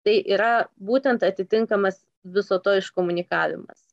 tai yra būtent atitinkamas viso to iškomunikavimas